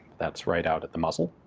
that's right out at the muzzle.